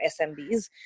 SMBs